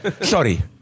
Sorry